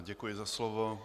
Děkuji za slovo.